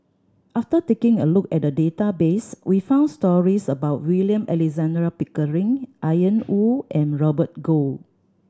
after taking a look at the database we found stories about William Alexander Pickering Ian Woo and Robert Goh